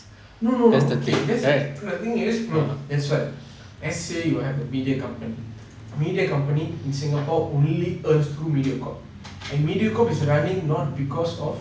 no no no okay the thing is no that's what let's say you have a media company media company in singapore only earns through Mediacorp and Mediacorp is running not because of